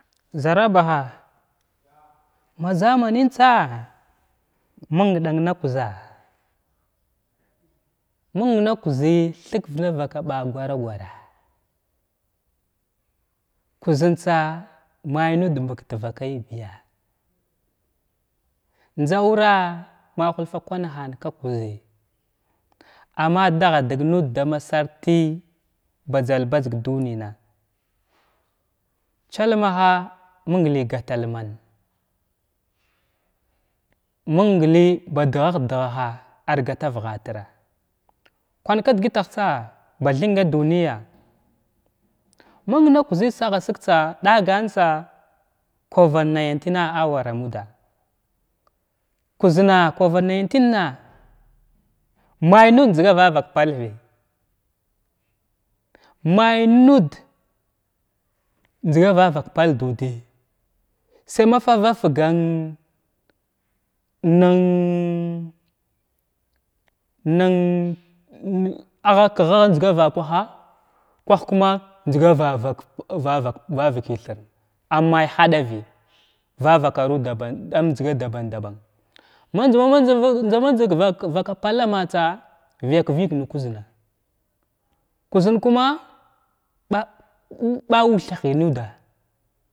Zara baha ma zamanəntsa malng ɗan nakuza’a məng na kuzəy thik navaka bla gwara gwara’a kuzəntsa may nud mɓag tavakay biya njza wura’a may hulfa kwanahan kikuzəy amma dafadəg duniya chalmaha məng by gata’alman məngləy ba duhah duhaha’a ar gata vghatirra kwan ka dəgətah tsa ba thinga duniya məng na kuzzən sagha sig tsa ɗagan antsa kwovy nintən 19 a wara muda muzzənna kwovy nwlən na may nud njzga vavak palbiya may nud njzga vavak pal ɗnud bi say mafara fəgən nən nən ara kəha agha njzga vakwaha kwah kuma njzga vakwaha kwah kuma njzga vavak vavak vavakən thirna ammay haɗavəy vavakaru dban am njzga daban daban ma njzamatsəg ma njzama njzəg vak palla ammatsa vəyak vəg na kuzzən kuzzən kuma ɓa ɓa wəthegh nuda.